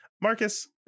Marcus